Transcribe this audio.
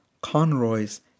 Conroy's